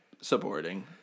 Supporting